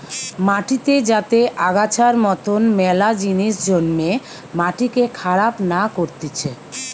মাটিতে যাতে আগাছার মতন মেলা জিনিস জন্মে মাটিকে খারাপ না করতিছে